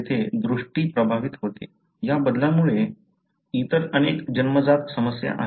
येथे दृष्टी प्रभावित होते या बदलांमुळे इतर अनेक जन्मजात समस्या आहेत